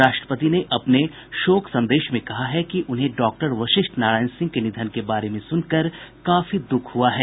राष्ट्रपति ने अपने शोक संदेश में कहा है कि उन्हें डॉक्टर वशिष्ठ नारायण सिंह के निधन के बारे में सुनकर काफी दुःख हुआ है